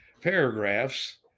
paragraphs